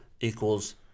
equals